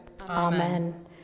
Amen